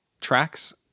tracks